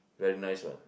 very nice what